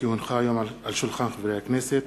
כי הונחה היום על שולחן הכנסת